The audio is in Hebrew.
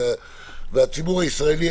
והציבור הישראלי,